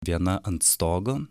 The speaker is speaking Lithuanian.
viena ant stogo